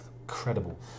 incredible